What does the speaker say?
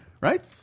Right